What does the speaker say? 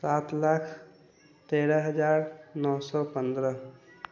सात लाख तेरह हजार नओ सए पन्द्रह